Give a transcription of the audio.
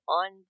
on